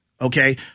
Okay